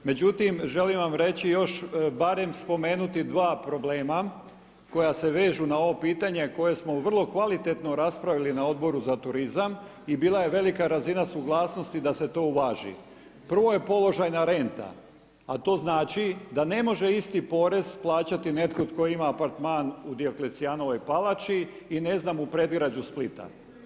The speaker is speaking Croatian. Međutim, želim vam reći, još barem spomenuti 2 problema, koja se vežu na ovo pitanje, koje smo vrlo kvalitetno raspravili na Odboru za turizam i bila je velika suglasnost da se to uvaži, prva je položajna renta, a to znači da ne može isti porez plaćati netko tko ima apartman u Dioklecijanovoj palači i ne znam u predgrađu Splita.